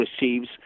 receives